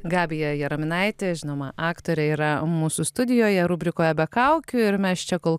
gabija jaraminaitė žinoma aktorė yra mūsų studijoje rubrikoje be kaukių ir mes čia kol